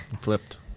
Flipped